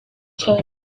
king